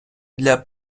для